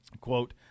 Quote